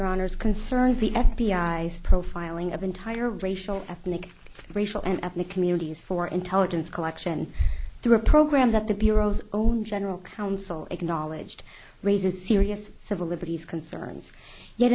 your honour's concerns the f b i profiling of entire racial ethnic racial and ethnic communities for intelligence collection through a program that the bureau's own general counsel acknowledged raises serious civil liberties concerns y